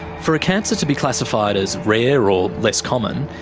for a cancer to be classified as rare or less common,